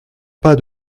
pas